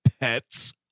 pets